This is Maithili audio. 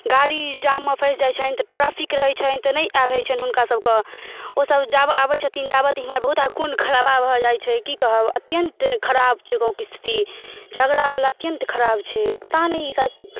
गाड़ी जाममे फँसि जाइ छनि तऽ ट्रेफिक रहय छनि तऽ नहि आयल होइ छनि हुनका सबके ओसब जाबे आबय छथिन ताबत एम्हर बहुत रास खून खराबा भऽ जाइ छै की कहब अत्यंत खराब छै गाँवके स्थिति झगड़ावला अत्यंत खराब छै पता नहि ई सर